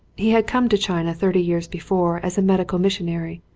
he had come to china thirty years before as a medical missionary,